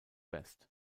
best